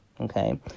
Okay